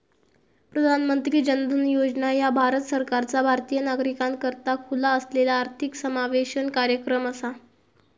प्रधानमंत्री जन धन योजना ह्या भारत सरकारचा भारतीय नागरिकाकरता खुला असलेला आर्थिक समावेशन कार्यक्रम असा